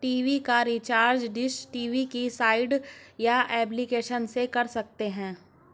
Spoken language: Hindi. टी.वी का रिचार्ज डिश टी.वी की साइट या एप्लीकेशन से कर सकते है